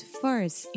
first